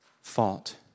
fault